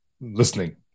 listening